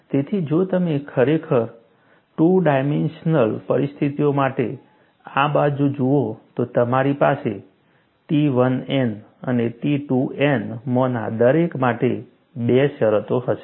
તેથી જો તમે ખરેખર ટુ ડાયમેન્શનલ પરિસ્થિતિ માટે આ બાજુ જુઓ તો તમારી પાસે T1n અને T2n માંના દરેક માટે 2 શરતો હશે